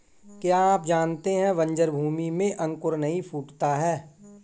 क्या आप जानते है बन्जर भूमि में अंकुर नहीं फूटता है?